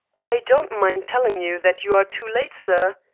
i don't mind telling you that you are too late, sir.